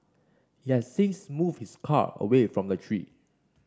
he has since moved his car away from the tree